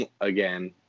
again